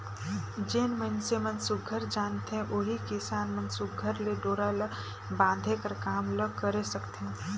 जेन मइनसे मन सुग्घर जानथे ओही किसान मन सुघर ले डोरा ल बांधे कर काम ल करे सकथे